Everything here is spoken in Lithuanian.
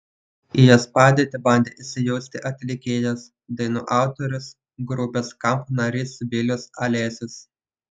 į jos padėtį bandė įsijausti atlikėjas dainų autorius grupės skamp narys vilius alesius